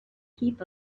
heap